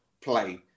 play